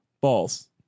False